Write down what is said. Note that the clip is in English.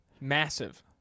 Massive